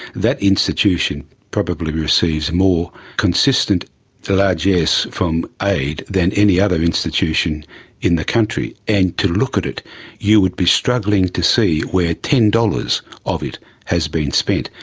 that institution probably receives more consistent largess from aid than any other institution in the country. and to look at it you would be struggling to see where ten dollars of it has been spent,